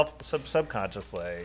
subconsciously